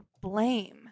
blame